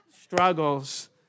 struggles